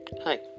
Hi